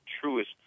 truest